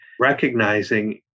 recognizing